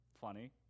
Funny